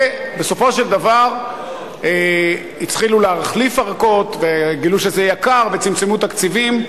ובסופו של דבר התחילו להחליף ערכות וגילו שזה יקר וצמצמו תקציבים,